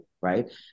right